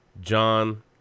John